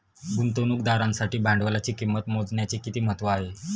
गुंतवणुकदारासाठी भांडवलाची किंमत मोजण्याचे किती महत्त्व आहे?